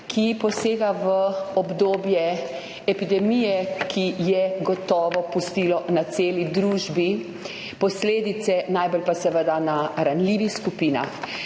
ki posega v obdobje epidemije, ki je gotovo pustilo posledice na celi družbi, najbolj pa seveda na ranljivih skupinah.